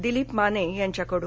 दिलीप माने यांच्याकडून